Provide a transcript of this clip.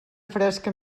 fresca